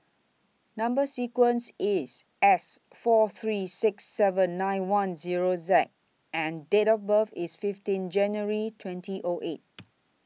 Number sequence IS S four three six seven nine one Zero Z and Date of birth IS fifteen January twenty O eight